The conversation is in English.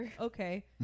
okay